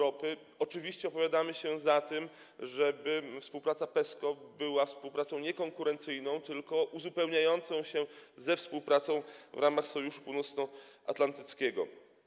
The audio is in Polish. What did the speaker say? Oczywiście opowiadamy się za tym, żeby współpraca PESCO była współpracą nie konkurencyjną tylko uzupełniającą się ze współpracą w ramach Sojuszu Północnoatlantyckiego.